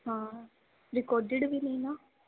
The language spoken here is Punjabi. ਹਾਂ ਰਿਕੋਡਡ ਵੀ ਨੇ ਨਾ